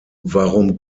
warum